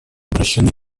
обращены